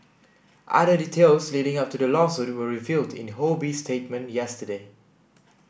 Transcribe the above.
other details leading up to the lawsuit were revealed in Ho Bee's statement yesterday